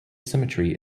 symmetry